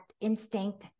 instinct